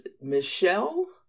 Michelle